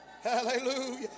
Hallelujah